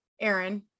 aaron